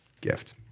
Gift